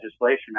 legislation